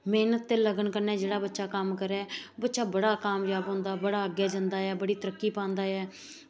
मैह्नत ते लगन कन्नै जेह्ड़ा बच्चा कम्म करै बच्चा बड़ा कामजाब होंदा ऐ बड़ा अग्गें जंदा ऐ ते बड़ी तरक्की पांदा ऐ